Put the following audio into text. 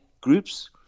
groups